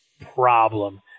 problem